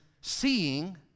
seeing